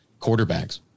quarterbacks